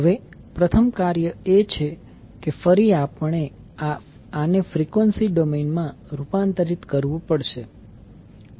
હવે પ્રથમ કાર્ય એ છે કે ફરી આપણે આને ફ્રીક્વન્સી ડોમેઈન માં રૂપાંતરિત કરવું પડશે